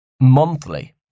monthly